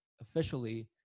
officially